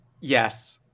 Yes